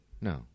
No